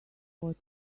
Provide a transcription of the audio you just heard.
what